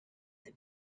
when